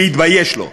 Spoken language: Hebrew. שיתבייש לו.